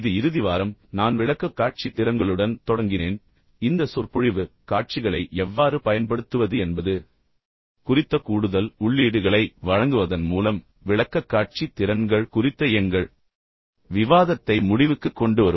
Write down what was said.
இது இறுதி வாரம் பின்னர் நான் விளக்கக்காட்சி திறன்களுடன் தொடங்கினேன் இந்த சொற்பொழிவு காட்சிகளை எவ்வாறு பயன்படுத்துவது என்பது குறித்த கூடுதல் உள்ளீடுகளை வழங்குவதன் மூலம் விளக்கக்காட்சி திறன்கள் குறித்த எங்கள் விவாதத்தை முடிவுக்குக் கொண்டுவரும்